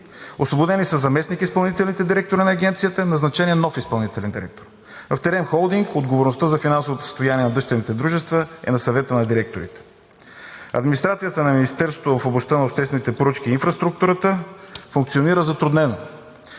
Освободени са заместник изпълнителните директори на Агенцията, назначен е нов изпълнителен директор. В „Терем Холдинг“ отговорността за финансовото състояние на дъщерните дружества е на Съвета на директорите. Администрацията на Министерството в областта на обществените поръчки и инфраструктурата функционира затруднено.